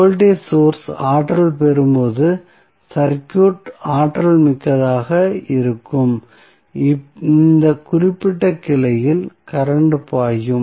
voltage source ஆற்றல் பெறும் போது சர்க்யூட் ஆற்றல் மிக்கதாக இருக்கும் இந்த குறிப்பிட்ட கிளையில் கரண்ட் பாயும்